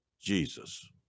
Jesus